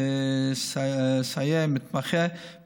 סייעי מתמחה,